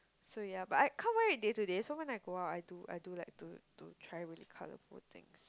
so ya but I can't wear it day to day so when I go out I do I do like to to try really colorful things